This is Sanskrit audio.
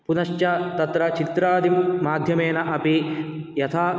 पुनश्च तत्र चित्रादिमाध्यमेन अपि यथा